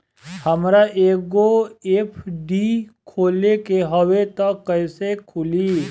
हमरा एगो एफ.डी खोले के हवे त कैसे खुली?